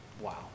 Wow